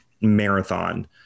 marathon